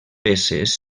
peces